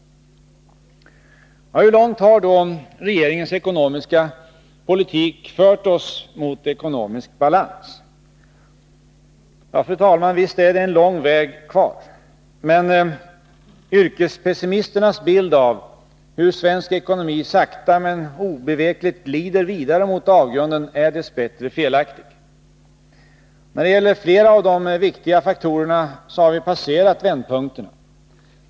Hur långt har då regeringens ekonomiska politik fört oss mot ekonomisk balans? Ja, fru talman, visst är det en lång väg kvar. Men yrkespessimisternas bild av hur svensk ekonomi sakta men obevekligt glider vidare mot avgrunden är dess bättre felaktig. När det gäller flera av de viktiga faktorerna har vi passerat vändpunkterna.